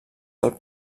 del